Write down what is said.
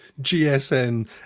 GSN